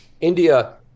India